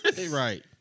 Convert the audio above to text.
Right